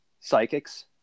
psychics